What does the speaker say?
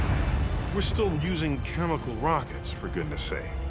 we're still using chemical rockets, for goodness sake.